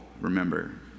remember